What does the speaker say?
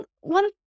one